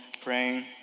praying